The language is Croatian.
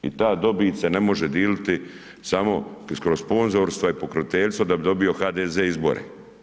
I ta dobit se ne može dijeliti samo kroz sponzorstva i pokroviteljstva, da bi dobio HDZ izbore.